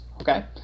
Okay